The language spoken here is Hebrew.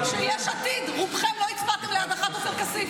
שיש עתיד, רובכם לא הצבעתם להדחת עופר כסיף.